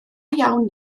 iawn